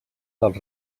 dels